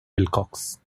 wilcox